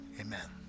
Amen